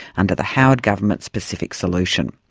under the howard government's pacific solution.